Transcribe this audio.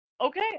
Okay